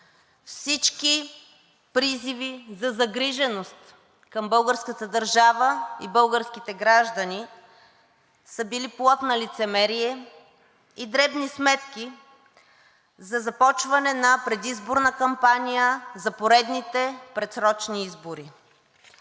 всички призиви за загриженост към българската държава и българските граждани са били плод на лицемерие и дребни сметки за започване на предизборна кампания за поредните предсрочни избори.